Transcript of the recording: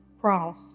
cross